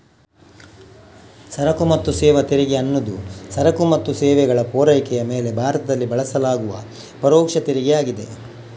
ಸರಕು ಮತ್ತು ಸೇವಾ ತೆರಿಗೆ ಅನ್ನುದು ಸರಕು ಮತ್ತು ಸೇವೆಗಳ ಪೂರೈಕೆಯ ಮೇಲೆ ಭಾರತದಲ್ಲಿ ಬಳಸಲಾಗುವ ಪರೋಕ್ಷ ತೆರಿಗೆ ಆಗಿದೆ